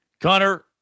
Connor